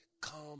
come